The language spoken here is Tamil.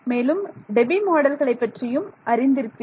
மேலும் டெபி மாடல்களை பற்றியும் அறிந்து இருப்பீர்கள்